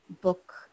book